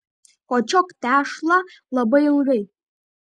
kočiok tešlą labai ilgai